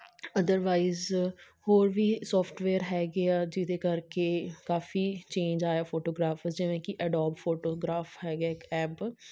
otherwise ਹੋਰ ਵੀ software ਹੈਗੇ ਆ ਜਿਹਦੇ ਕਰਕੇ ਕਾਫੀ ਚੇਂਜ ਆਇਆ ਫੋਟੋਗ੍ਰਾਫ ਜਿਵੇਂ ਕਿ ਅਡੋਬ ਫੋਟੋਗਰਾਫ ਹੈਗਾ ਇੱਕ ਐਪ